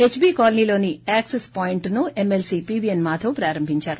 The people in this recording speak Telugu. హెచ్బీ కాలనీలోని ఎసెస్ పాయింట్ వద్గ ఎమ్మెల్సీ పీవీఎన్ మాధవ్ ప్రారంభించారు